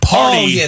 Party